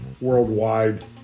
worldwide